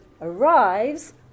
arrives